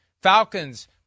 Falcons